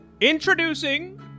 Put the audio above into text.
Introducing